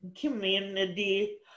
community